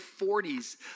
40s